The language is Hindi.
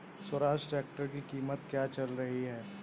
स्वराज ट्रैक्टर की कीमत क्या चल रही है?